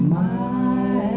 right